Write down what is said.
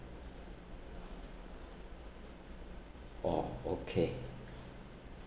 oh okay